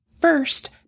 First